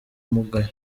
umugayo